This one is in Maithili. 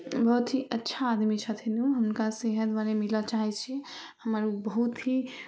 बहुत ही अच्छा आदमी छथिन ओ हुनकासे इहे दुआरे मिलऽ चाहै छी हमर बहुत ही